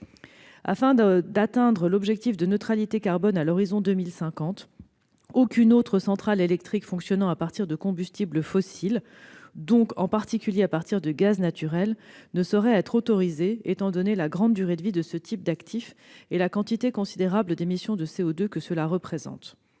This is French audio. Afin d'atteindre l'objectif de neutralité carbone à l'horizon 2050, aucune autre centrale électrique fonctionnant à partir de combustible fossile, donc en particulier à partir de gaz naturel, ne saurait être autorisée, étant donné la grande durée de vie de ce type d'actif et la quantité considérable d'émissions de CO2 que cela représente.